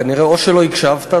כנראה או שלא הקשבת,